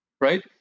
right